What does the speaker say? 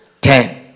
Ten